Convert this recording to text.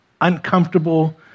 uncomfortable